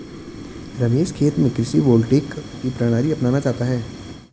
रमेश खेत में कृषि वोल्टेइक की प्रणाली अपनाना चाहता है